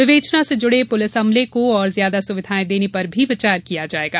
विवेचना से जुड़े पूलिस अमले को और ज्यादा सुविधाएं देने पर भी विचार किया जायेगा